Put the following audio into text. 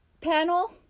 panel